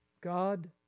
God